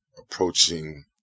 approaching